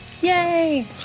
Yay